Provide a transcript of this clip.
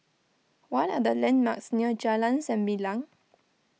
what are the landmarks near Jalan Sembilang